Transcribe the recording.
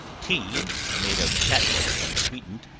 tea made of catnip, and sweetened,